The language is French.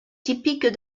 typique